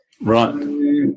Right